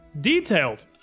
detailed